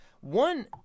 One